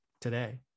today